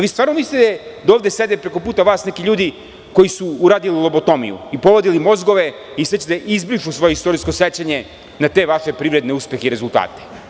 Vi stvarno mislite da ovde preko puta vas sede neki ljudi koji su uradili lobotomiju i povadili mozgove i sad izbrišu svoje istorijsko sećanje na te vaše privredne uspehe i rezultate.